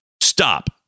stop